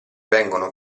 vengono